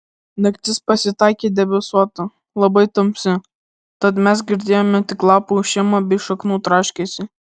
naktis pasitaikė debesuota labai tamsi tad mes girdėjome tik lapų ošimą bei šaknų traškesį